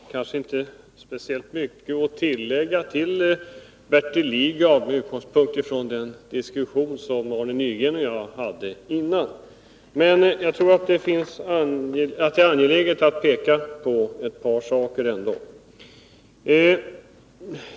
Herr talman! Det är kanske inte speciellt mycket att tillägga med anledning av det Bertil Lidgard sade — med utgångspunkt i den diskussion som Arne Nygren och jag förde tidigare. Men jag tror att det ändå är angeläget att peka på ett par saker.